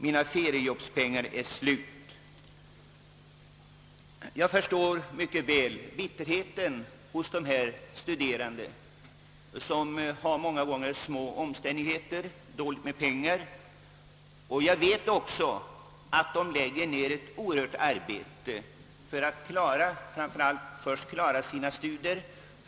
Mina feriejobbspengar är slut.» Jag förstår mycket väl bitterheten hos dessa studerande som många gånger lever i små omständigheter och har dåligt med pengar. Jag vet att de lägger ned ett oerhört arbete för att klara studierna.